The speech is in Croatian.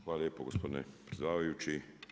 Hvala lijepo gospodine predsjedavajući.